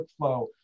workflow